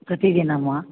कति दिनं वा